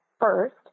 first